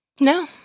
No